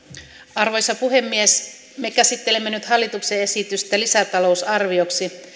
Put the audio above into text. arvoisa puhemies me käsittelemme nyt hallituksen esitystä lisätalousarvioksi